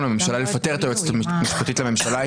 ולממשלה לפטר את היועצת המשפטית לממשלה,